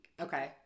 Okay